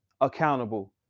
accountable